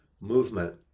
movement